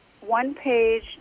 one-page